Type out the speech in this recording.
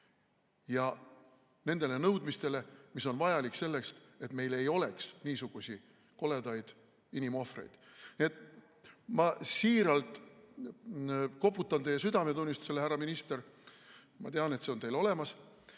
ja nendele nõudmistele, mis on vajalikud selleks, et meil ei oleks niisuguseid koledaid inimohvreid. Ma siiralt koputan teie südametunnistusele, härra minister – ma tean, et see on teil olemas